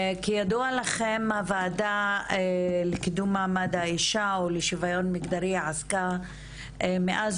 כידוע לכם הוועדה לקידום מעמד האישה ולשוויון מגדרי עסקה מאז